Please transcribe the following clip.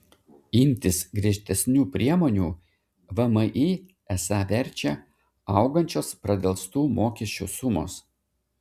imtis griežtesnių priemonių vmi esą verčia augančios pradelstų mokesčių sumos